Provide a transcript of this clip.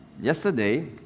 Yesterday